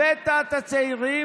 הבאת את הצעירים,